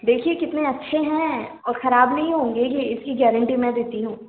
देखिए कितने अच्छे हैं और खराब नहीं होंगे ये इसकी गैरेंटी में देती हूँ